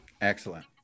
Excellent